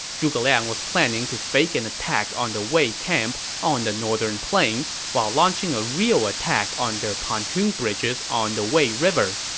zhuge liang was planning to fake an attack on the wei camp on the northern plain while launching a real attack on their pontoon bridges on the wei river.